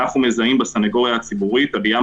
אנחנו מזהים בסנגוריה הציבורית אווירה